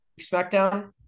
SmackDown